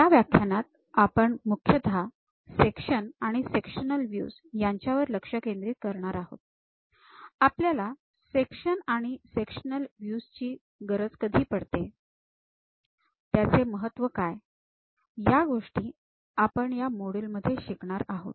या व्याख्यानात आपण मुख्यतः सेक्शन आणि सेक्शनल व्ह्यूज यांच्यावर लक्ष केंद्रित करणार आहोत आपल्याला सेक्शन आणि सेक्शनल व्हयूज ची गरज कधी पडते त्याचे महत्त्व काय या गोष्टी आपण ह्या मोड्यूल मध्ये शिकणार आहोत